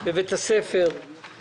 בבית הספר.